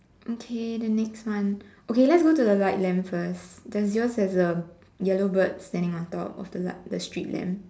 okay the next one okay let's go to the light lamp first does yours have the yellow bird standing on top of the light the street lamp